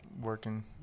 working